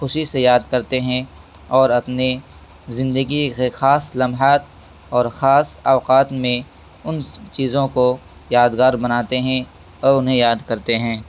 خوشی سے یاد کرتے ہیں اور اپنے زندگی کے خاص لمحات اور خاص اوقات میں ان چیزوں کو یادگار بناتے ہیں اور انہیں یاد کرتے ہیں